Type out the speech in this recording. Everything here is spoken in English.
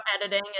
editing